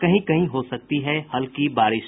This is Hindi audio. कहीं कहीं हो सकती है हल्की बारिश